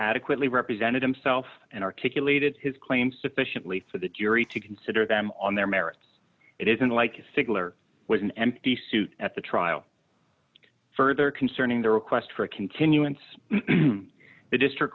adequately represented himself and articulated his claim sufficiently for the jury to consider them on their merits it is unlikely sigler was an empty suit at the trial further concerning the request for a continuance the district